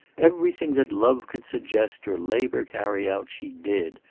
everything that love could suggest or labour carry out, she did,